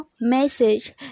message